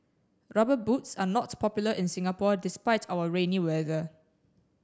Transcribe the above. rubber boots are not popular in Singapore despite our rainy weather